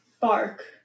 bark